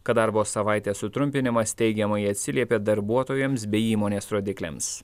kad darbo savaitės sutrumpinimas teigiamai atsiliepė darbuotojams bei įmonės rodikliams